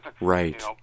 Right